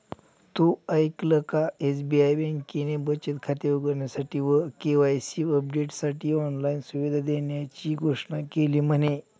तु ऐकल का? एस.बी.आई बँकेने बचत खाते उघडण्यासाठी व के.वाई.सी अपडेटसाठी ऑनलाइन सुविधा देण्याची घोषणा केली म्हने